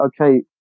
okay